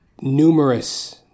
numerous